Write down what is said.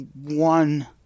one